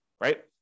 right